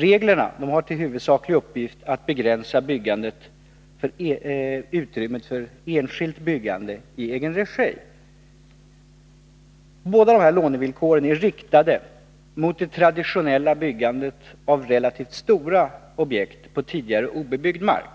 Reglerna har till huvudsaklig uppgift att begränsa utrymmet för enskilt byggande i egen regi. Båda lånevillkoren är riktade mot det traditionella byggandet av relativt stora objekt på tidigare obebyggd mark.